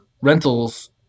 rentals